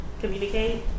communicate